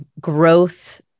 growth